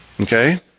Okay